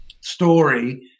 story